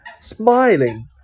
SMILING